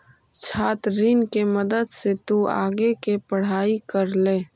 छात्र ऋण के मदद से तु आगे के पढ़ाई कर ले